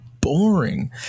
boring